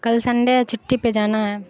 کل سنڈے ہے چھٹی پہ جانا ہے